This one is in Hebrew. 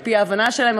על-פי ההבנה שלהם,